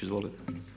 Izvolite.